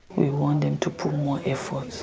want them to put more effort